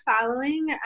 following